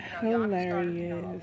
hilarious